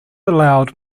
allowed